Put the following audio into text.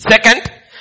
Second